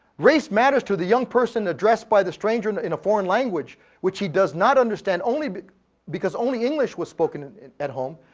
race matters to the young person addressed by the stranger and in a foreign language which she does not understand only, because only english was spoken at home.